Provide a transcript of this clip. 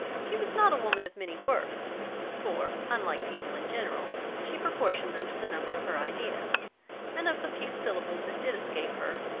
she was not a woman of many words for, unlike people in general, she proportioned them to the number of her ideas and of the few syllables that did escape her,